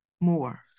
more